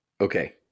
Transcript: okay